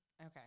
okay